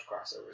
crossovers